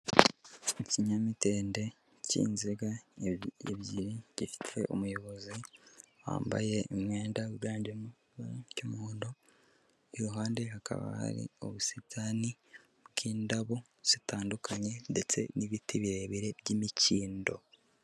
Ikinyamitende cy'inziga ebyiri gifite umuyobozi wambaye umwenda uganmo cy'umuhondo iruhande hakaba hari ubusitani bw'indabo zitandukanye ndetse n'ibiti birebire by'imikindo.